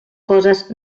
coses